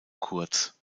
kurz